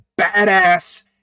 badass